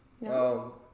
No